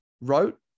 wrote